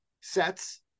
sets